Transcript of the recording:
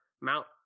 Mount